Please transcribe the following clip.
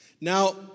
Now